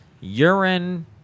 urine